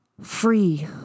free